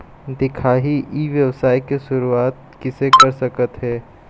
दिखाही ई व्यवसाय के शुरुआत किसे कर सकत हे?